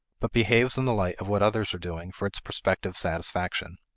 but behaves in the light of what others are doing for its prospective satisfaction.